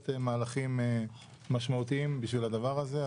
גם מהלכים משמעותיים בשביל הדבר הזה.